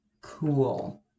Cool